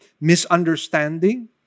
misunderstanding